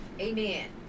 Amen